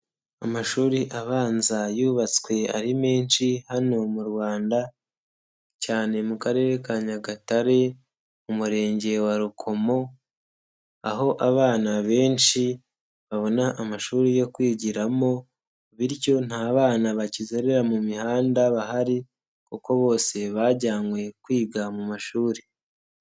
Amashuri abanza yubatswe ari menshi hano mu rwanda cyane mu karere ka nyagatare, mu murenge wa rukomo, aho abana benshi babona amashuri yo kwigiramo, bityo nta bana bakizerera mu mihanda bahari kuko bose bajyanywe kwiga mu mashuri.